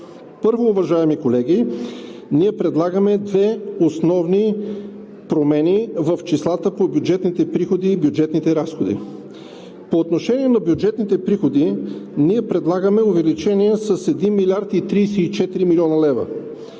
Първо, уважаеми колеги, ние предлагаме две основни промени в числата от бюджетните приходи и бюджетните разходи. По отношение на бюджетните приходи ние предлагаме увеличение с 1 млрд. 34 млн. лв.